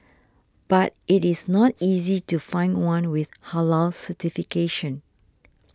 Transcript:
but it is not easy to find one with Halal certification